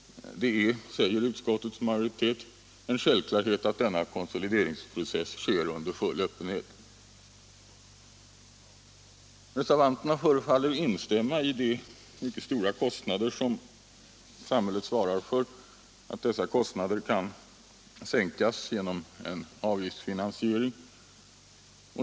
Det är, säger utskottets majoritet, ”en självklarhet att denna konsolideringsprocess sker under full öppenhet”. Reservanterna förefaller instämma i att de mycket stora kostnader som samhället svarar för kan sänkas genom en avgiftsfinansiering.